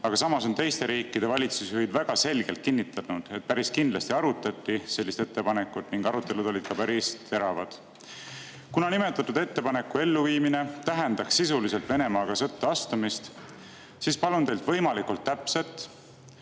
Samas on teiste riikide valitsusjuhid väga selgelt kinnitanud, et päris kindlasti arutati sellist ettepanekut ning arutelud olid ka päris teravad. Kuna nimetatud ettepaneku elluviimine tähendaks sisuliselt Venemaaga sõtta astumist, siis palun teilt võimalikult täpset,